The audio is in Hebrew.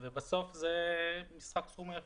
ובסוף זה משחק סכום אפס.